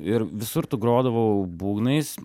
ir visur tu grodavau būgnais